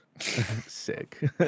Sick